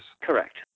Correct